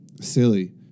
silly